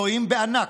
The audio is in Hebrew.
טועים בענק.